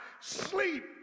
sleep